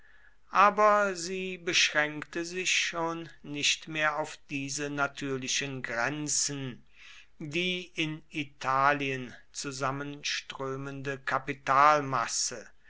aber sie beschränkte sich schon nicht mehr auf diese natürlichen grenzen die in italien